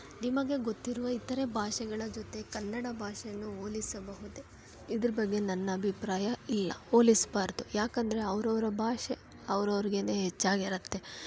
ನಿಮಗೆ ಗೊತ್ತಿರುವ ಇತರೆ ಭಾಷೆಗಳ ಜೊತೆ ಕನ್ನಡ ಭಾಷೆಯನ್ನು ಹೋಲಿಸಬಹುದೆ ಇದ್ರ ಬಗ್ಗೆ ನನ್ನ ಅಭಿಪ್ರಾಯ ಇಲ್ಲ ಹೋಲಿಸ್ಬಾರ್ದು ಯಾಕಂದರೆ ಅವ್ರ ಅವರ ಭಾಷೆ ಅವ್ರು ಅವ್ರಿಗೆ ಹೆಚ್ಚಾಗಿರತ್ತೆ